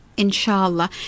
Inshallah